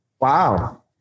Wow